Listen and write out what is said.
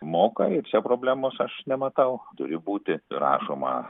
moka ir čia problemos aš nematau turi būti rašoma